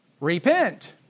Repent